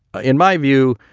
ah in my view,